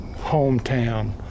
hometown